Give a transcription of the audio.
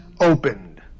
opened